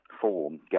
form